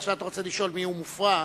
עכשיו אתה רוצה לשאול מיהו מופרע,